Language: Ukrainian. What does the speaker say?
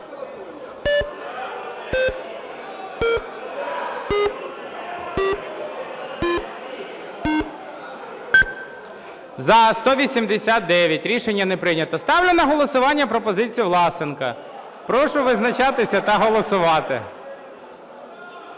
За-189 Рішення не прийнято. Ставлю на голосування пропозицію Власенка. Прошу визначатися та голосувати.